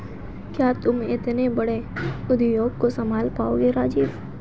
क्या तुम इतने बड़े उद्योग को संभाल पाओगे राजीव?